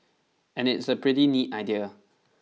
and it's a pretty neat idea